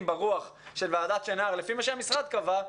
ברוח של ועדת שנהר לפי מה שהמשרד קבע,